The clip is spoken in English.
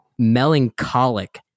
melancholic